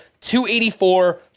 284